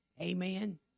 Amen